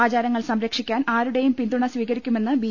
ആചാരങ്ങൾ സംരക്ഷിക്കാൻ ആരുടെയും പിന്തുണ സ്വീകരിക്കുമെന്ന് ബി